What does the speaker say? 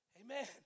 Amen